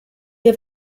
have